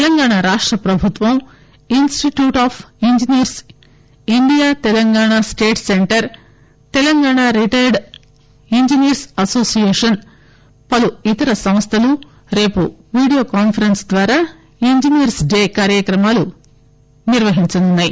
తెలంగాణా రాష్ట ప్రభుత్వం institute of ఇంజనీర్ప్ India Telangana state సెంటర్తెలంగాణా రీటైర్డ్ ఇంజనీర్ప్ association పలు ఇతర సంస్టలు రేపు వీడియో కాన్పరెస్ప్ ద్వారా ఇంజనీర్ప్ డే కార్యక్రమాలను నిర్వహించనున్నాయి